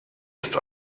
ist